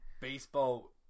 baseball